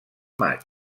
maig